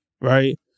right